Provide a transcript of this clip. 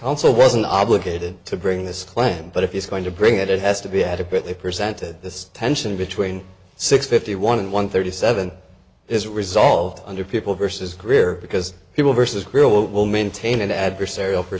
also wasn't obligated to bring this plan but if he's going to bring it it has to be adequately presented this tension between six fifty one and one thirty seven is resolved under people vs career because people versus real will maintain an adversarial